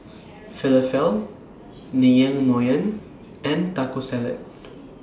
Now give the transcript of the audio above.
Falafel Naengmyeon and Taco Salad